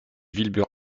wilbur